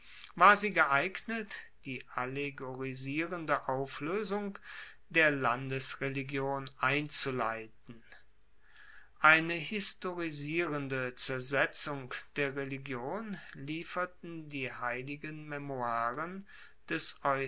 war sie geeignet die allegorisierende aufloesung der landesreligion einzuleiten eine historisierende zersetzung der religion lieferten die heiligen memoiren des